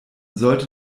sollte